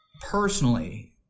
Personally